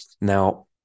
Now